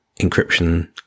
encryption